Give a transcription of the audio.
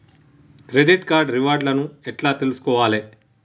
Credit card reward లను ఎట్ల తెలుసుకోవాలే?